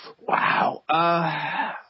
Wow